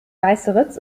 weißeritz